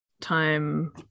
time